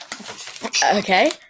Okay